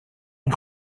est